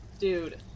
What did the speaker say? dude